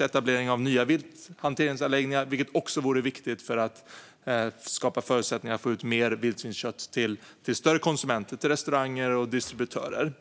etablering av nya vilthanteringsanläggningar, vilket vore viktigt för att skapa förutsättningar för att få ut mer vildsvinskött till större konsumenter, restauranger och distributörer.